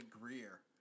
Greer